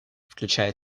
включая